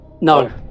No